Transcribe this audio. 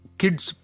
kids